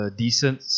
decent